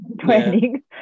training